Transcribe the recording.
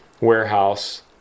warehouse